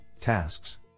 tasks